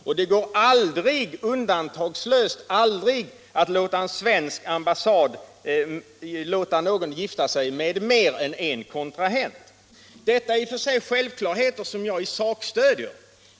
Och det går undantagslöst aldrig att på en svensk ambassad låta någon gifta sig med mer än en kontrahent. Detta är i och för sig självklarheter, som jag i sak stöder.